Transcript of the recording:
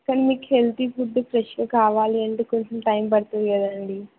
కానీ మీకు healthy food ఫ్రెష్గా కావాలి అంటే కొంచెం టైం పడుతుంది కదండి